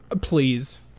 Please